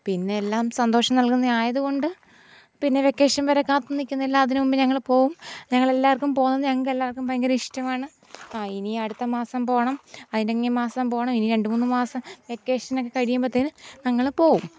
പിന്നെ എല്ലാം സന്തോഷം നല്കുന്നത് ആയതു കൊണ്ട് പിന്നെ വെക്കേഷൻ വരെ കാത്തു നിൽക്കുന്നില്ല അതിനുമുമ്പ് ഞങ്ങൾ പോകും ഞങ്ങളെല്ലാവർക്കും പോകാൻ ഞങ്ങൾക്കെല്ലാവർക്കും ഭയങ്കര ഇഷ്ടമാണ് ആ ഇനി അടുത്ത മാസം പോകണം അതിൻ്റെ അങ്ങേ മാസം പോകണം ഇനി രണ്ടു മൂന്നു മാസം വെക്കേഷനൊക്കെ കഴിയുമ്പോഴത്തേന് ഞങ്ങൾ പോകും